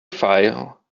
file